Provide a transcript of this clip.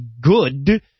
good